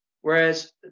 whereas